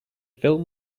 film